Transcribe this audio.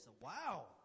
Wow